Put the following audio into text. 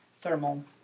thermal